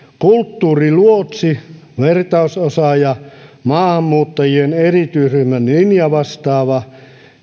kulttuuriluotsi vertaisosaaja maahanmuuttajien erityisryhmän linjavastaava